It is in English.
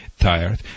tired